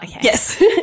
yes